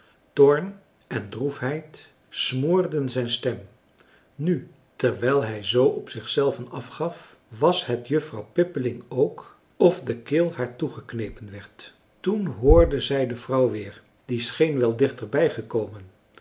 en droefheid smoorden zijn stem nu terwijl hij zoo op zich zelven afgaf was het juffrouw pippeling ook of de keel haar toegeknepen werd toen hoorde zij de vrouw weer die scheen wel dichterbij gekomen